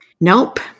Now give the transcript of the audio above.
Nope